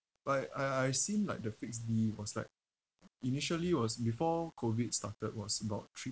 but I I seem like the fixed D was like initially was before COVID started was about three